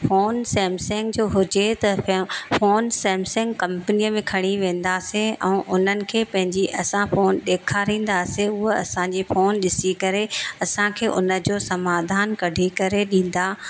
phone Samsung जो हुजे त फोन सैमसंग कंपनीअ में खणी वेंदासीं ऐं हुननि खे पंहिंजी असां फोन ॾेखारींदासीं हूअ असांजी फोन ॾिसी करे असांखे उनजो समाधान कढी करे ॾींदा